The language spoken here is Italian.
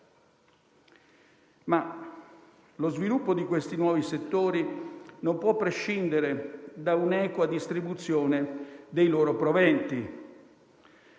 lo sviluppo di questi nuovi settori non può prescindere da un'equa distribuzione dei loro proventi.